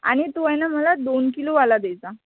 आणि तू आहे ना मला दोन किलोवाला द्यायचा